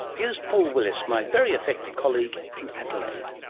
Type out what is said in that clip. here's paul willis, my very effective colleague, in adelaide.